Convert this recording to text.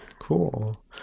cool